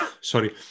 sorry